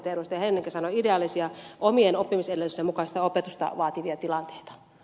heinonenkin sanoi ideaalisia omien oppimisedellytysten mukaisia opetusta vaativia tilanteita